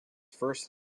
first